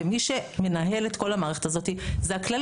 ומי שמנהל את כל המערכת הזאת זה הכללית.